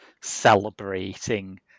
celebrating